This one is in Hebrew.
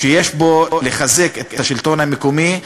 שיש בו לחזק את השלטון המקומי,